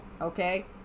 okay